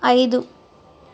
ఐదు